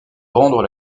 rendre